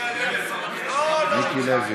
מיקי לוי,